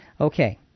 Okay